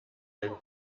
ein